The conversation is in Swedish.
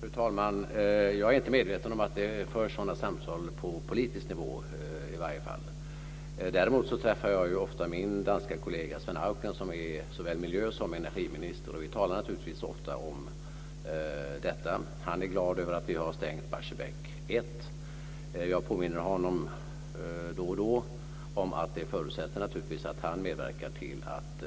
Fru talman! Jag är inte medveten om att det förs sådana samtal, i varje fall inte på politisk nivå. Däremot träffar jag ofta min danske kollega Svend Auken, som är såväl miljö som energiminister, och vi talar naturligtvis ofta om detta. Han är glad över att vi har stängt Barsebäck 1. Jag påminner honom då och då om att det naturligtvis förutsätter att han medverkar till att